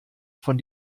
von